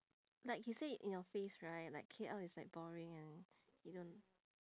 like he said it in your face right like K_L is like boring and he don't